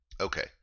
Okay